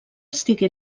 estigué